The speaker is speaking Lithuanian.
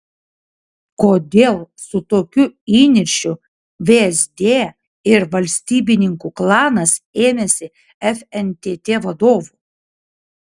kodėl su tokiu įniršiu vsd ir valstybininkų klanas ėmėsi fntt vadovų